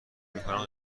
میکنم